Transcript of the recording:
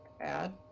Add